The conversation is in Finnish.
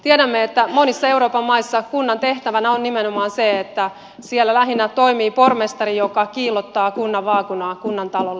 tiedämme että monissa euroopan maissa kunnan tehtävänä on nimenomaan se että siellä lähinnä toimii pormestari joka kiillottaa kunnan vaakunaa kunnantalolla